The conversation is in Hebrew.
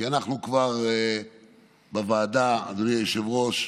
כי אנחנו כבר בוועדה, אדוני היושב-ראש,